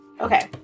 Okay